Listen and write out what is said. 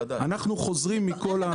אנחנו חוזרים מהטיעון.